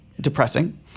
depressing